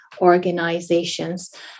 organizations